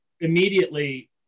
immediately